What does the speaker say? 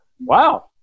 Wow